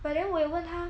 but then 我有问她